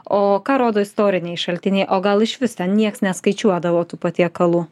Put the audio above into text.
o ką rodo istoriniai šaltiniai o gal išvis ten nieks neskaičiuodavo tų patiekalų